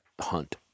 hunt